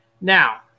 Now